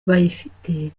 bayifite